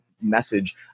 message